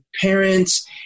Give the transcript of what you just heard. parents